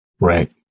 Right